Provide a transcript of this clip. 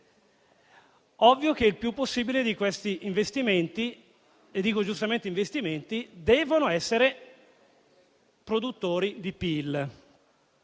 ovvio che la maggior parte di questi investimenti - e dico giustamente investimenti - devono essere produttori di PIL.